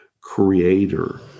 creator